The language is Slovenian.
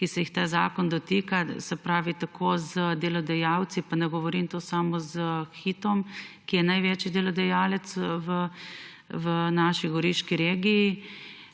ki se jih ta zakon dotika, se pravi tako z delodajalci, pa ne govorim samo o Hitu, ki je največji delodajalec v goriški regiji,